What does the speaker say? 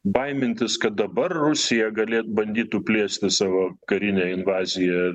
baimintis kad dabar rusija galė bandytų plėsti savo karinę invaziją